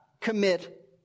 commit